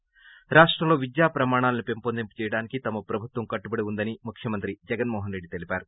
ి రాష్టంలో విద్యా ప్రమాణాలను పెంపొందించడానికి తమ ప్రభుత్వం కట్టుబడి ఉందని ముఖ్యమంత్రి జగన్మోహనరెడ్లి తెలిపారు